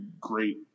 great